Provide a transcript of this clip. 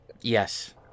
Yes